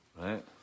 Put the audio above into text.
right